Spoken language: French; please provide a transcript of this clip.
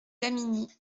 damigny